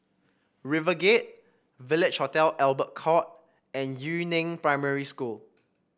RiverGate Village Hotel Albert Court and Yu Neng Primary School